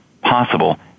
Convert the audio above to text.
possible